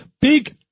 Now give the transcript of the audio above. big